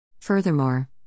Furthermore